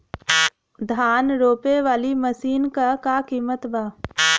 धान रोपे वाली मशीन क का कीमत बा?